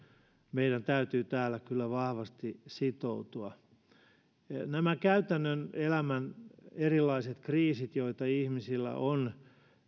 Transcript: meidän täytyy täällä vahvasti sitoutua monet käytännön elämän erilaiset kriisit joita ihmisillä on